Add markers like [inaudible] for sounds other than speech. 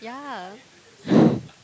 ya [laughs]